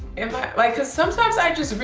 am i? like cause sometimes i just.